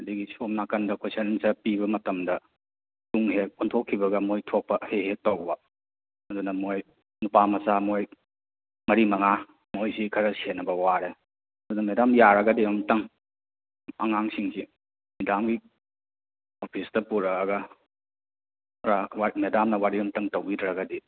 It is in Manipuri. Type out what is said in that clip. ꯑꯗꯒꯤ ꯁꯣꯝ ꯅꯥꯀꯟꯗ ꯀꯣꯏꯁꯟ ꯑꯟꯁꯥꯔ ꯄꯤꯕ ꯃꯇꯝꯗ ꯇꯨꯡ ꯍꯦꯛ ꯑꯣꯟꯊꯣꯛꯈꯤꯕꯒ ꯃꯣꯏ ꯊꯣꯛꯄ ꯍꯦꯛ ꯍꯦꯛ ꯇꯧꯕ ꯑꯗꯨꯅ ꯃꯣꯏ ꯅꯨꯄꯥ ꯃꯆꯥ ꯃꯣꯏ ꯃꯔꯤ ꯃꯉꯥ ꯃꯣꯏꯁꯤ ꯈꯔ ꯁꯦꯟꯅꯕ ꯋꯥꯔꯦ ꯑꯗꯨ ꯃꯦꯗꯥꯝ ꯌꯥꯔꯒꯗꯤ ꯑꯃꯨꯛꯇꯪ ꯑꯉꯥꯡꯁꯤꯡꯁꯤ ꯃꯦꯗꯥꯝꯒꯤ ꯑꯣꯐꯤꯁꯇ ꯄꯨꯔꯛꯑꯒ ꯈꯔ ꯃꯦꯗꯥꯝꯅ ꯋꯥꯔꯤ ꯑꯃꯇꯪ ꯇꯧꯕꯤꯗ꯭ꯔꯒꯗꯤ